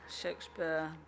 Shakespeare